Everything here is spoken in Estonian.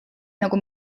nagu